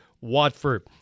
Watford